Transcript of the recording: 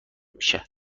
میشه